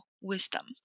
wisdom